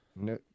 No